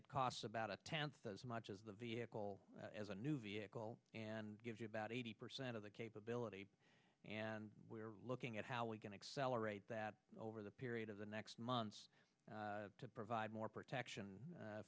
it costs about a tenth as much as the vehicle as a new vehicle and gives you about eighty percent of the capability and we are looking at how we can accelerate that over the period of the next months to provide more protection